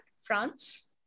France